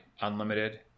unlimited